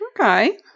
Okay